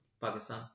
Pakistan